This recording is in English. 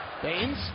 Baines